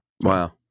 wow